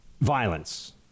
violence